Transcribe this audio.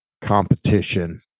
competition